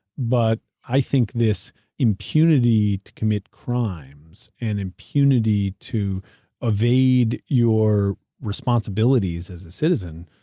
but i think this impunity to commit crimes and impunity to evade your responsibilities as a citizen,